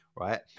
Right